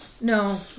No